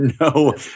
no